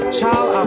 Child